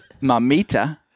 Mamita